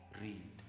read